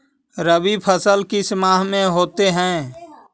रवि फसल किस माह में होते हैं?